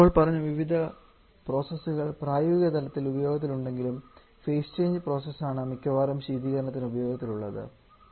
അപ്പോൾ പറഞ്ഞ വിവിധ പ്രോസസറുകൾ പ്രായോഗികതലത്തിൽ ഉപയോഗത്തിൽ ഉണ്ടെങ്കിലുംഫേസ് ചേഞ്ച് പ്രോസസ് ആണ് മിക്കവാറും ശീതീകരണത്തിന് ഉപയോഗത്തിലുള്ളത് ഉ